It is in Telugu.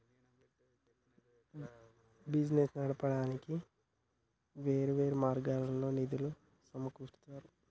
బిజినెస్ నడపడానికి వేర్వేరు మార్గాల్లో నిధులను సమకూరుత్తారు